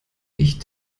ich